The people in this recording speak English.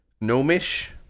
gnomish